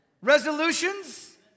resolutions